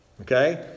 Okay